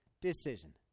decision